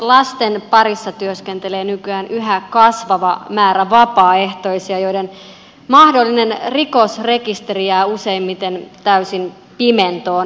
lasten parissa työskentelee nykyään yhä kasvava määrä vapaaehtoisia joiden mahdollinen rikosrekisteri jää useimmiten täysin pimentoon